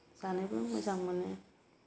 जानोबो मोजां मोनो